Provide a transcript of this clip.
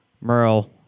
Merle